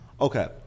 okay